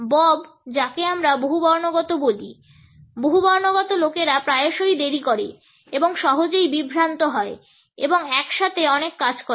Bob যাকে আমরা বহুবর্ণগত বলি বহুবর্ণগত লোকেরা প্রায়শই দেরি করে এবং সহজেই বিভ্রান্ত হয় এবং একসাথে অনেক কাজ করে